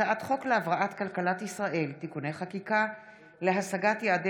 הצעת חוק להבראת כלכלת ישראל (תיקוני חקיקה להשגת יעדי